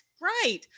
right